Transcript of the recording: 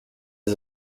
des